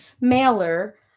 mailer